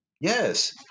Yes